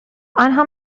آنها